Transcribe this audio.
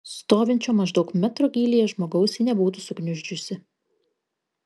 stovinčio maždaug metro gylyje žmogaus ji nebūtų sugniuždžiusi